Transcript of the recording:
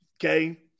Okay